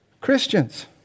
Christians